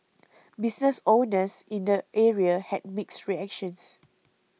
business owners in the area had mixed reactions